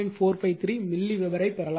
453 மில்லிவெபரை பெறலாம்